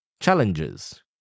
Challenges